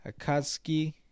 Akatsuki